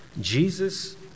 Jesus